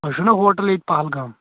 تۄہہِ چھُو نہ ہوٹَل ییٚتہِ پَہلگام